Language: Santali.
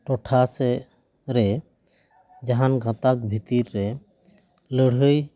ᱴᱚᱴᱷᱟ ᱥᱮᱫ ᱨᱮ ᱡᱟᱦᱟᱱ ᱜᱟᱛᱟᱠ ᱵᱷᱤᱛᱤᱨ ᱨᱮ ᱞᱟᱹᱲᱦᱟᱹᱭ